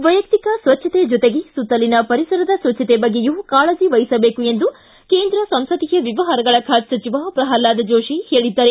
ವೈಯಕ್ತಿಕ ಸ್ವಚ್ಛತೆ ಜೊತೆಗೆ ಸುತ್ತಲಿನ ಪರಿಸರದ ಸ್ವಚ್ಛತೆ ಬಗ್ಗೆಯೂ ಕಾಳಜಿ ವಹಿಸಬೇಕು ಎಂದು ಕೇಂದ್ರ ಸಂಸದೀಯ ವ್ಯವಹಾರಗಳ ಖಾತೆ ಸಚಿವ ಪ್ರಲ್ವಾದ ಜೋಶಿ ಹೇಳಿದ್ದಾರೆ